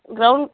ground